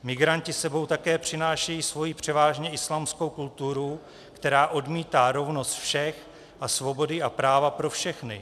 Migranti s sebou také přinášejí svoji převážně islámskou kulturu, která odmítá rovnost všech a svobody a práva pro všechny.